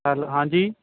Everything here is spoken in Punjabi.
ਹੈਲੋ ਹਾਂਜੀ